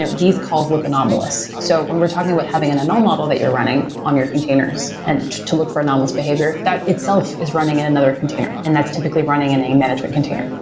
and these calls look anomalous. so when we're talking about having an ml model that you're running on your containers and to look for anomalous behavior, that itself is running in another container, and that's typically running in a management container.